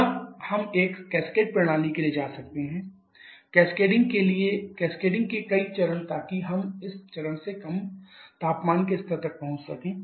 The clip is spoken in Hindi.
या हम एक कैस्केड प्रणाली के लिए जा सकते हैं कैस्केडिंग के कई चरण ताकि हम इस तरह से कम तापमान के स्तर तक पहुंच सकें